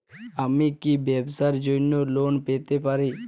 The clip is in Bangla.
আমি কি ব্যবসার জন্য লোন পেতে পারি?